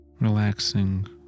Relaxing